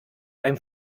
einem